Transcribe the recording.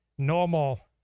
normal